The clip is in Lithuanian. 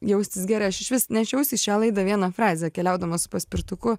jaustis gerai aš išvis nešiausi į šią laidą vieną frazę keliaudama su paspirtuku